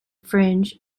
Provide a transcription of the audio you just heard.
fringe